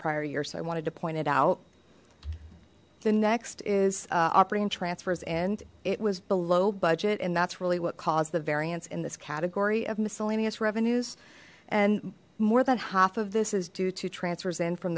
prior year so i wanted to point it out the next is operating transfers and it was below budget and that's really what caused the variance in this category of miscellaneous revenues and more than half of this is due to transfers in from